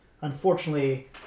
unfortunately